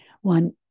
One